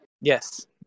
Yes